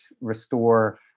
restore